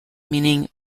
meaning